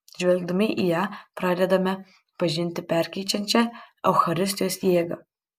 žvelgdami į ją pradedame pažinti perkeičiančią eucharistijos jėgą